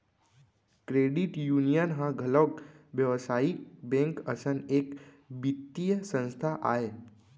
credit union ह घलोक बेवसायिक बेंक असन एक बित्तीय संस्था आय